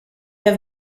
have